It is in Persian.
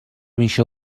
میشه